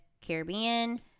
caribbean